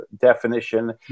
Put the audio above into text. definition